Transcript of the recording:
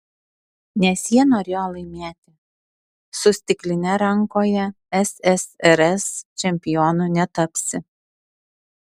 nes jie norėjo laimėti su stikline rankoje ssrs čempionu netapsi